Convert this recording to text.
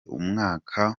umwaka